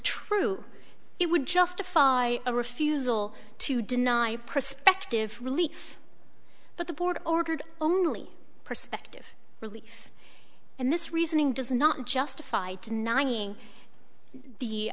true it would justify a refusal to deny prospective relief but the board ordered only prospective relief and this reasoning does not justify denying the